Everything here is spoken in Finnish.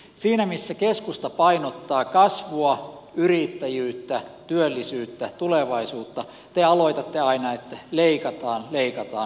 siinä missä keskusta painottaa kasvua yrittäjyyttä työllisyyttä tulevaisuutta te aloitatte aina että leikataan leikataan ja tasapainotetaan